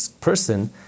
person